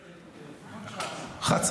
יותר, יותר.